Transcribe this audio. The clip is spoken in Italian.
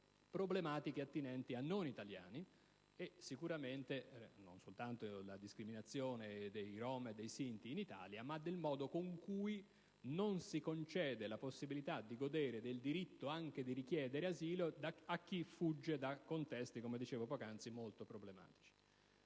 problematiche attinenti a non italiani, e non soltanto relative alla discriminazione dei rom e dei sinti in Italia, ma al modo in cui non si concede la possibilità di godere del diritto anche di richiedere asilo a chi fugge da contesti, come dicevo poc'anzi, molto problematici.